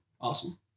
awesome